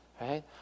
right